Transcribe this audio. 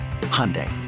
Hyundai